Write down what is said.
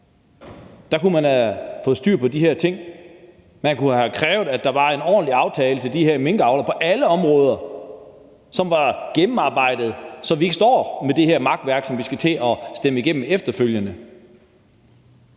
kunne man have fået styr på de her ting. Man kunne have krævet, at der var en ordentlig aftale for de her minkavlere på alle områder; en aftale, som var gennemarbejdet, så vi ikke kom til at stå med det her makværk, som vi skal til at stemme igennem efterfølgende.